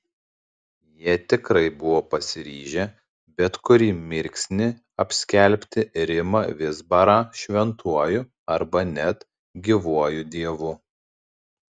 jie tikrai buvo pasiryžę bet kurį mirksnį apskelbti rimą vizbarą šventuoju arba net gyvuoju dievu